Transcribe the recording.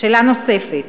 שאלה נוספת,